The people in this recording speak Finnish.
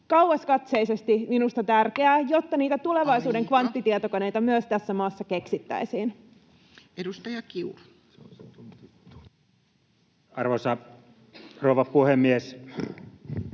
kauaskatseisesti minusta tärkeää, jotta niitä tulevaisuuden kvanttitietokoneita [Puhemies: Aika!] myös tässä maassa keksittäisiin. Edustaja Kiuru. Arvoisa rouva puhemies!